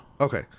Okay